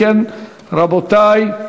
אם כן, רבותי,